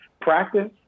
practice